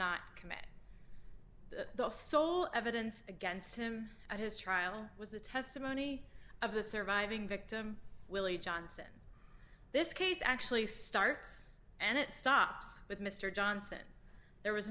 not commit the sole evidence against him and his trial was the testimony of the surviving victim willie johnson this case actually starts and it stops with mr johnson there was